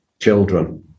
children